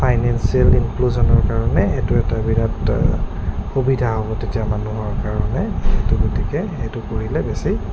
financial ইনক্লুজনৰ কাৰণে এইটো এটা বিৰাট সুবিধা হ'ব তেতিয়া মানুহৰ কাৰণে সেইটো গতিকে সেইটো কৰিলে বেছি